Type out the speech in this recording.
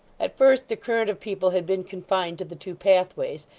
at first, the current of people had been confined to the two pathways,